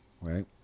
right